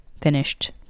finished